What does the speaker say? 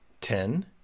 Ten